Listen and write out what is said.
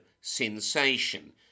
Sensation